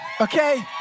Okay